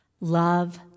Love